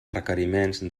requeriments